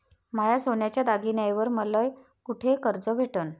माया सोन्याच्या दागिन्यांइवर मले कुठे कर्ज भेटन?